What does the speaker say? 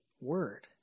word